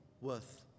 worth